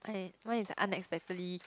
and mine is unexpectedly